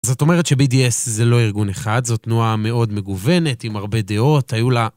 זאת אומרת ש-BDS זה לא ארגון אחד, זו תנועה מאוד מגוונת, עם הרבה דעות, היו לה...